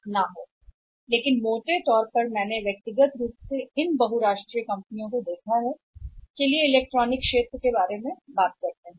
लेकिन मोटे तौर पर इन बहुराष्ट्रीय कंपनियों को मैंने व्यक्तिगत रूप से देखा है बहुराष्ट्रीय कंपनियों के रूप में हम इलेक्ट्रॉनिक्स क्षेत्र के बारे में बात करते हैं